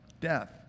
death